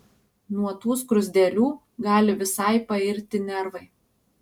nuo tų skruzdėlių gali visai pairti nervai